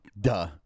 Duh